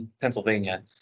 Pennsylvania